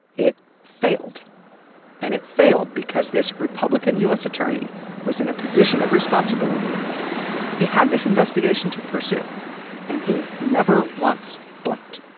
it failed and it failed because this republican u s. attorney was in a position of responsibility he had this investigation to pursue and he never once blinked